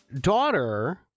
daughter